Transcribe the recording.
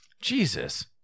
jesus